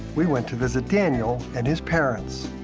we went to visit daniel and his parents.